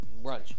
brunch